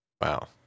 Wow